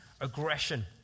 aggression